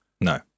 No